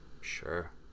Sure